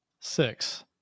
six